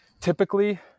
typically